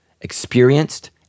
experienced